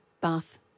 bath